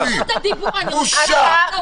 בושה.